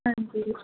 ਹਾਂਜੀ